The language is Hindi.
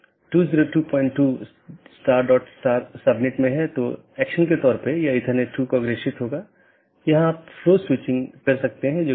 इसलिए दूरस्थ सहकर्मी से जुड़ी राउटिंग टेबल प्रविष्टियाँ अंत में अवैध घोषित करके अन्य साथियों को सूचित किया जाता है